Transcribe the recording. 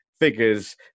figures